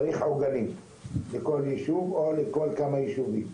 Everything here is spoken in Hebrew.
צריך עוגנים לכל יישוב או לכל כמה יישובים.